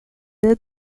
and